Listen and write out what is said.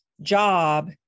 job